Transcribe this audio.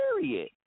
period